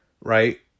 Right